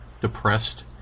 depressed